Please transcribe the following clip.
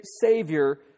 savior